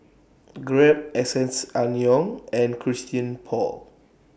Grab S S Angyong and Christian Paul